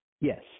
Yes